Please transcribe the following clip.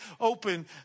open